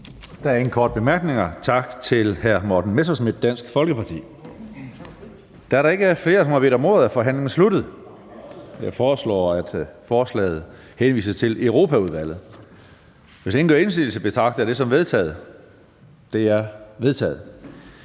Der er ingen korte bemærkninger, så vi siger tak til hr. Morten Messerschmidt, Dansk Folkeparti. Da der ikke er flere, som har bedt om ordet, er forhandlingen sluttet. Jeg foreslår, at forslaget til folketingsbeslutning henvises til Europaudvalget. Hvis ingen gør indsigelse, betragter jeg det som vedtaget. Det er vedtaget.